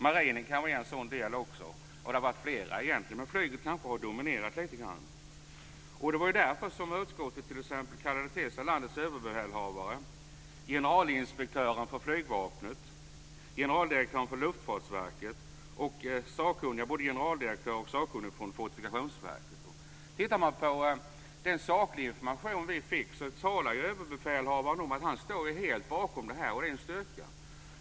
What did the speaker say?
Marinen kanske också är en sådan del, och det har egentligen varit flera. Men flyget kanske har dominerat lite grann. Det var därför som utskottet t.ex. kallade till sig landets överbefälhavare, generalinspektören för Flygvapnet, generaldirektören för Luftfartsverket och både generaldirektörer och sakkunniga från Fortifikationsverket. Tittar man på den sakliga information vi fick talar överbefälhavaren om att han står helt bakom det här, och det är en styrka.